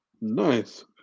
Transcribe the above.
Nice